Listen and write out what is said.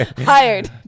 hired